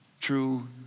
True